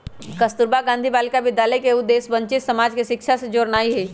कस्तूरबा गांधी बालिका विद्यालय के उद्देश्य वंचित समाज के शिक्षा से जोड़नाइ हइ